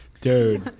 Dude